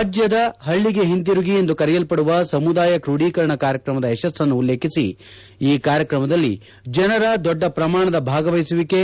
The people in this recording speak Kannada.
ರಾಜ್ಲದ ಹಳ್ಳಿಗೆ ಹಿಂದಿರುಗಿ ಎಂದು ಕರೆಯಲ್ಪಡುವ ಸಮುದಾಯ ಕ್ರೋಡೀಕರಣ ಕಾರ್ಯಕ್ರಮದ ಯಶಸ್ಸನ್ನು ಉಲ್ಲೇಖಿಸಿ ಈ ಕಾರ್ಯಕ್ರಮದಲ್ಲಿ ಜನರ ದೊಡ್ಡ ಪ್ರಮಾಣದ ಭಾಗವಹಿಸುವಿಕೆ